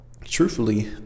truthfully